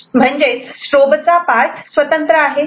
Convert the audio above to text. strobe चा part स्वतंत्र आहे